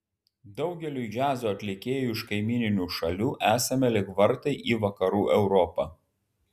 daugeliui džiazo atlikėjų iš kaimyninių šalių esame lyg vartai į vakarų europą